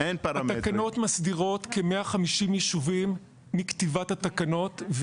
התקנות מסדירות כ-150 יישובים מכתיבת התקנות,